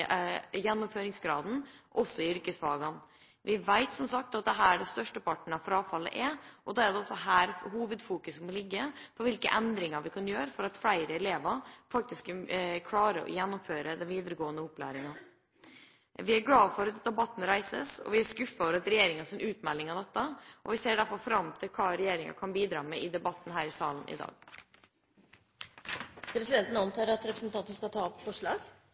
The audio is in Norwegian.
gjennomføringsgraden også i yrkesfagene. Vi vet som sagt at det er her størsteparten av frafallet er, og da må også hovedfokuset ligge på hvilke endringer vi kan gjøre for at flere elever faktisk klarer å gjennomføre den videregående opplæringen. Vi er glad for at debatten reises, men vi er skuffet over regjeringas utmelding her. Vi ser derfor fram til hva regjeringa kan bidra med i debatten her i salen i dag. Presidenten antar at representanten skal ta opp forslag?